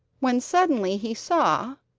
when suddenly he saw,